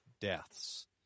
deaths